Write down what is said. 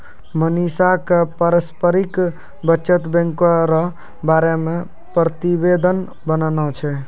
मनीषा क पारस्परिक बचत बैंको र बारे मे प्रतिवेदन बनाना छै